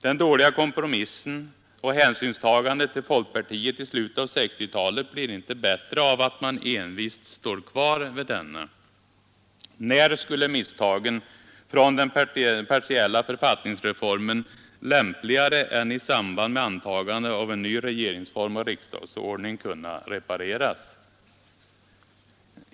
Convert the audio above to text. Den dåliga kompromissen och hänsynstagandet till folkpartiet i slutet av 1960-talet blir inte bättre av att man envist står kvar vid denna kompromiss. När skulle misstagen från den partiella författningsreformen lämpligare kunna repareras än i samband med antagandet av ny regeringsform och riksdagsordning?